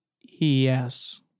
Yes